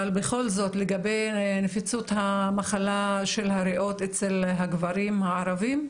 אבל בכל זאת לגבי נפיצות המחלה של הריאות אצל הגברים הערבים?